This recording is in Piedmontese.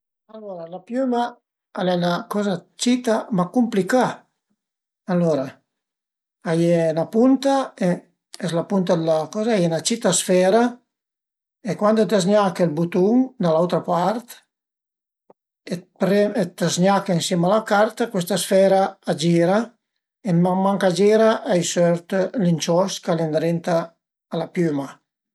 Alura la piüma al e 'na coza cita, ma cumplicà, s'la punta d'la coza a ie 'na cita sfera e cuande ti zgnache ël butun da l'autra part e preme ti zgnache ën sima a la carta custa sfera a gira e man man ch'a gira a i sort l'inciost ch'a ie ëndrinta a la piüma